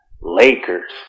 Lakers